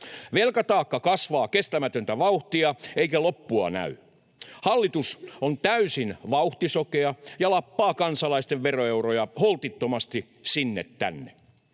Velkataakka kasvaa kestämätöntä vauhtia, eikä loppua näy. Hallitus on täysin vauhtisokea ja lappaa kansalaisten veroeuroja holtittomasti sinne tänne.